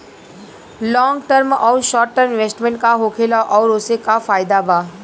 Long term आउर short term investment का होखेला और ओसे का फायदा बा?